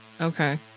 Okay